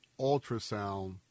ultrasound